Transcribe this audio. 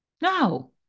No